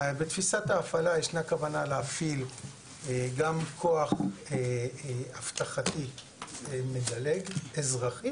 בתפיסת ההפעלה ישנה כוונה להפעיל גם כוח אבטחתי מדלג אזרחי